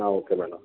okay madam